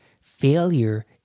Failure